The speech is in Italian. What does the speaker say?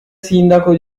sindaco